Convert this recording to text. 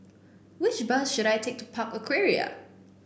which bus should I take to Park Aquaria